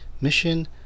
Mission